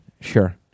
Sure